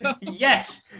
Yes